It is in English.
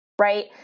right